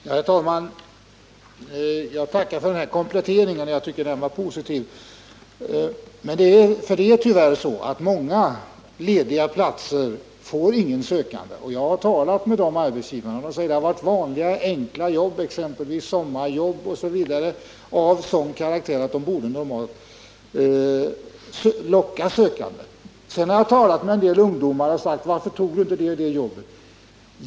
Herr talman! Jag tackar för den här kompletteringen — jag tycker den var positiv. Det är tyvärr så att många lediga platser inte får någon sökande. Jag har talat med sådana arbetsgivare, och de har sagt att det gällt vanliga enkla jobb, exempelvis sommarjobb, av sådan karaktär att de normalt borde locka sökande. Jag har också frågat en del ungdomar varför de inte tog ett visst jobb.